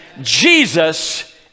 Jesus